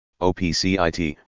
OPCIT